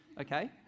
okay